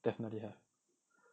definitely have